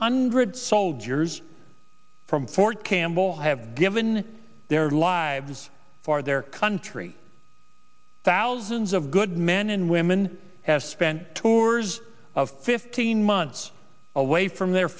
hundred soldiers from fort campbell have given their lives for their country thousands of good men and women have spent tours of fifteen months away from their